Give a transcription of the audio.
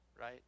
right